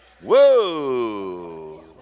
whoa